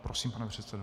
Prosím, pane předsedo.